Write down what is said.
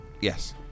Yes